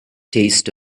taste